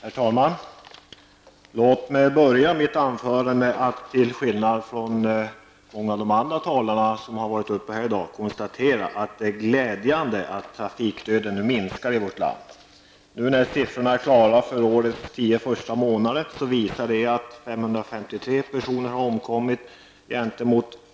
Herr talman! Låt mig börja med, till skillnad från många av de andra talare som har varit uppe här i dag, att konstatera att det är glädjande att trafikdöden minskar i vårt land. Nu när siffrorna är klara för årets tio första månader, visar dessa att 553 personer har omkommit, jämfört